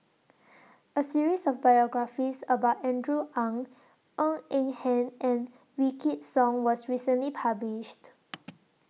A series of biographies about Andrew Ang Ng Eng Hen and Wykidd Song was recently published